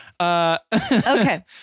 Okay